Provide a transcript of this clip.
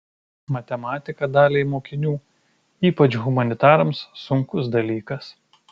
matematika daliai mokinių ypač humanitarams sunkus dalykas